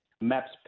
Maps